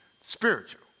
Spiritual